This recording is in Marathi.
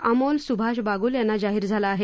अमोल सुभाष बागुल यांना जाहीर झाला आहे